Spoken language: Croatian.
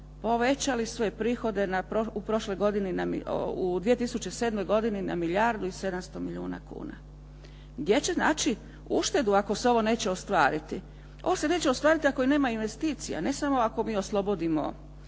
povećali su prihode u 2007. godini na milijardu i 700 milijuna kuna. Gdje će naći uštedu ako se ovo neće ostvariti? Ovo se neće ostvariti ako nema investicija, ne samo ako mi oslobodimo